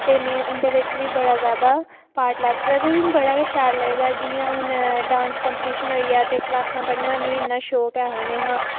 ते में उं'दे बिच बी जादा पार्ट लैते दा मिगी बड़ा गै शैल लगदा जि'यां हून डांस कम्पीटिशन होइया ते क्लासां पढ़ने दा मिगी ते शौक ऐहा निहा